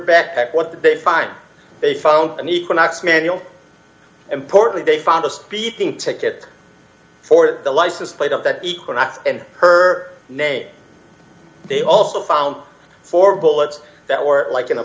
backpack what the big fight they found equinox manual importantly they found a speeding ticket for the license plate of that equinox and her name they also found four bullets that were like in a